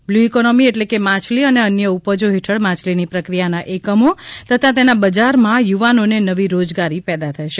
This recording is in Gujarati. બ્લુ ઇકોનોમી એટલે કે માછલી અને અન્ય ઉપજો હેઠળ માછલીની પ્રક્રિયાના એકમો તથા તેના બજારમાં યુવાનોને નવી રોજગારી પેદા થશે